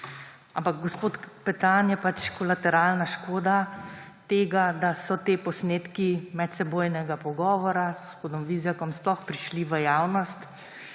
Ampak gospod Petan je pač kolateralna škoda tega, da so ti posnetki medsebojnega pogovora z gospodom Vizjakom sploh prišli v javnost,